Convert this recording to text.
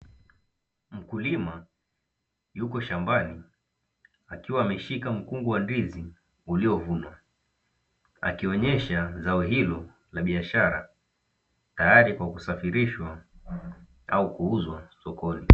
Mkulima yuko shambani, akiwa ameshika mkungu wa ndizi uliovunwa, akionyesha zao hilo la biashara tayari kwa kusafirishwa au kuuzwa sokoni.